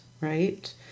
right